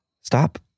stop